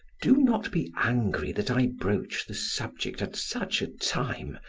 do not be angry that i broach the subject at such a time,